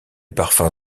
parfum